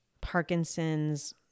Parkinson's